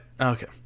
okay